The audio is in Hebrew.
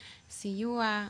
סיוע,